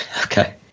Okay